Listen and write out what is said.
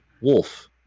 wolf